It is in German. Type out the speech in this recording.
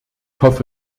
hoffe